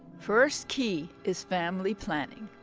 first key is family planning.